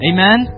Amen